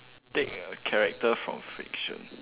take a character from fiction